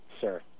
sir